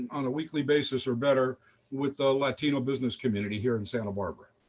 on a weekly basis or better with the latino business community here in santa barbara.